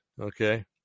okay